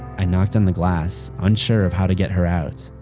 i knocked on the glass, unsure of how to get her out.